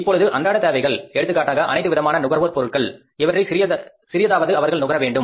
இப்பொழுது அன்றாட தேவைகள் எடுத்துக்காட்டாக அனைத்து விதமான நுகர்வோர் பொருட்கள் இவற்றை சிறியதாவது அவர்கள் நுகர வேண்டும்